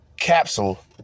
Capsule